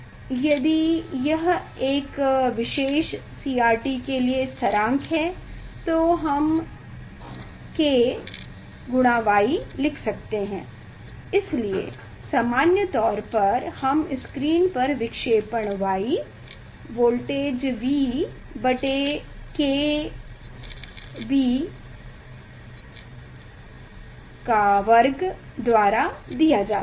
यदि यह एक विशेष CRT के लिए स्थिरांक है तो हम KY लिख सकते हैं इसलिए सामान्य तौर पर हम स्क्रीन पर विक्षेपण Y वोल्टेज V बटे वर्ग द्वारा दिया जाता है